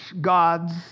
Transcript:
God's